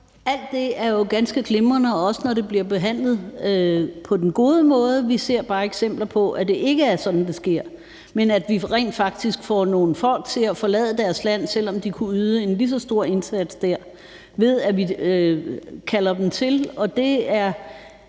Alt det er jo ganske glimrende, også når det bliver behandlet på den gode måde. Vi ser bare eksempler på, at det ikke er sådan, det sker, men at vi rent faktisk får nogle folk til at forlade deres land, selv om de kunne yde en lige så stor indsats der, ved at vi kalder dem hertil. Det er